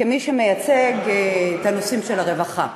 כמי שמייצגת את הנושאים של הרווחה.